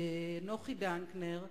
נוחי דנקנר,